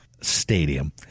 Stadium